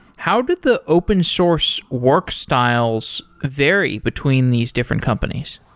how did the open source work styles vary between these different companies?